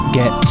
get